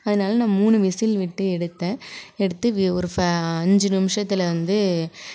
அதனால நான் மூணு விசில் விட்டு எடுத்தேன் எடுத்து ஒரு ஃபேவ அஞ்சு நிமிஷத்தில் வந்து